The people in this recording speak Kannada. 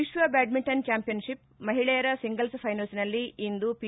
ವಿಶ್ವ ಬ್ಯಾಡ್ಮಿಂಟನ್ ಚಾಂಪಿಯನ್ ಶಿಪ್ ಮಹಿಳೆಯರ ಸಿಂಗಲ್ಸ್ ಫೈನಲ್ನಲ್ಲಿ ಇಂದು ಪಿ